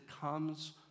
comes